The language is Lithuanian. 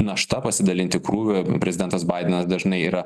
našta pasidalinti krūviu prezidentas baidenas dažnai yra